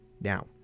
Now